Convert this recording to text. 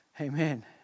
Amen